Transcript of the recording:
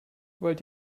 wollt